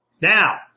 Now